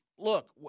look